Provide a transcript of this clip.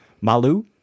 Malu